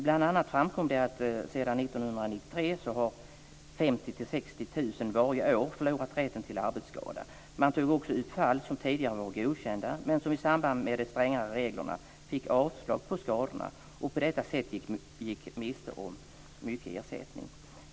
Bl.a. framkom det att sedan 1993 har 50 000-60 000 varje år förlorat rätten till ersättning för arbetsskada. I programmet togs också upp fall som tidigare var godkända men som i samband med de strängare reglerna avslogs. På det sättet gick man miste om mycket ersättning.